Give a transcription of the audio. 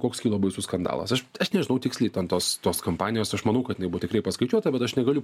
koks kilo baisus skandalas aš aš nežinau tiksliai ten tos tos kompanijos aš manau kad jinai buvo tikrai paskaičiuota bet aš negaliu